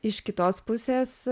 iš kitos pusės